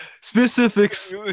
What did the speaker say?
specifics